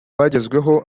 bagezweho